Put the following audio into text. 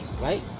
right